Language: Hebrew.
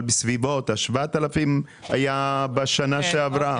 אבל בסביבות 7,000 הוא היה בשנה שעברה,